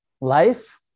life